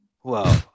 whoa